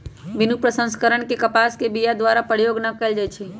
बिनु प्रसंस्करण के कपास के बीया मनुष्य द्वारा प्रयोग न कएल जाइ छइ